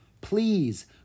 Please